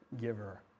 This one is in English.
giver